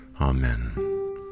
Amen